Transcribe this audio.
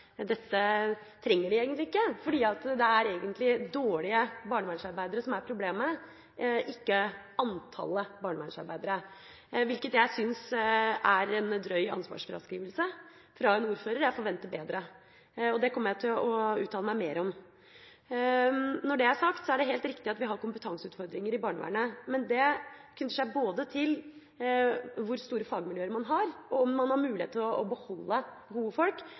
dette trenger de egentlig ikke, for det er egentlig dårlige barnevernsarbeidere som er problemet, ikke antallet barnevernsarbeidere – hvilket jeg syns er en drøy ansvarsfraskrivelse fra en ordfører. Jeg forventer bedre, og det kommer jeg til å uttale meg mer om. Når det er sagt, er det helt riktig at vi har kompetanseutfordringer i barnevernet, men det knytter seg til både hvor store fagmiljøer man har og om man har mulighet til å beholde gode folk.